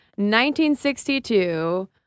1962